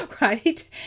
right